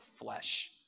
flesh